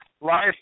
life